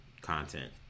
content